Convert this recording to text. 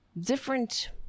different